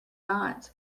not